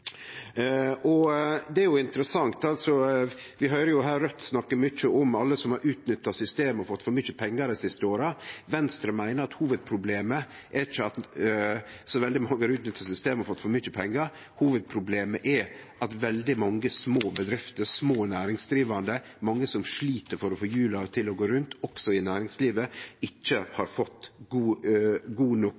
Det er interessant når vi her høyrer Raudt snakke mykje om alle som har utnytta systemet og fått for mykje pengar dei siste åra. Venstre meiner at hovudproblemet ikkje er at så veldig mange har utnytta systemet og fått for mykje pengar. Hovudproblemet er at veldig mange små bedrifter, små næringsdrivande, mange som slit for å få hjula til å gå rundt også i næringslivet, ikkje har fått god nok